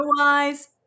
Otherwise